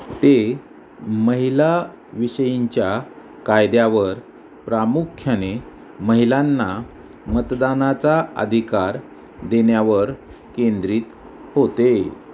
ते महिलाविषयींच्या कायद्यावर प्रामुख्याने महिलांना मतदानाचा अधिकार देण्यावर केंद्रित होते